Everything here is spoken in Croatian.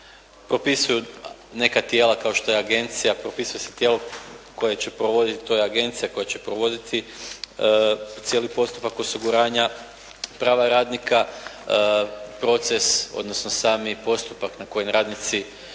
propisuju neka tijela kao što je agencija, propisuje se tijelo koje će provoditi, to je agencija koja će provoditi cijeli postupak osiguranja prava radnika, proces, odnosno sami postupak na kojem radnici